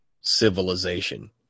civilization